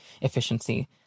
efficiency